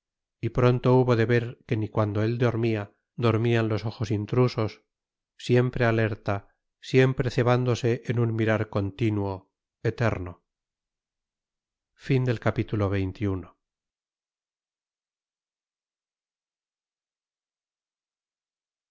y pronto hubo de ver que ni cuando él dormía dormían los ojos intrusos siempre alerta siempre cebándose en un mirar continuo eterno como